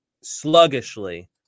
sluggishly